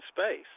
space